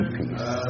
peace